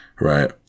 right